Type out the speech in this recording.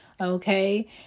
Okay